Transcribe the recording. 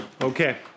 Okay